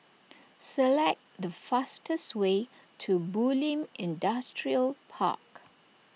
select the fastest way to Bulim Industrial Park